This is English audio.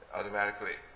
Automatically